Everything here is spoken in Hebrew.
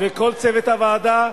וכל צוות הוועדה,